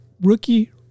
rookie